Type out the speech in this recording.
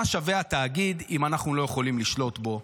שווה התאגיד אם אנחנו לא יכולים לשלוט בו?